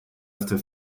after